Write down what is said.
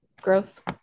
growth